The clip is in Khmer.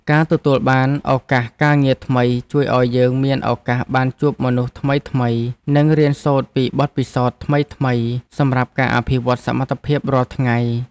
ការទទួលបានឱកាសការងារថ្មីជួយឱ្យយើងមានឱកាសបានជួបមនុស្សថ្មីៗនិងរៀនសូត្រពីបទពិសោធន៍ថ្មីៗសម្រាប់ការអភិវឌ្ឍសមត្ថភាពរាល់ថ្ងៃ។